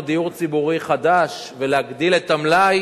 דיור ציבורי חדש ולהגדיל את המלאי.